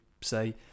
say